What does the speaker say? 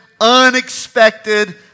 unexpected